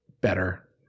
better